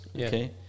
okay